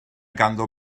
ganddo